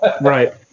Right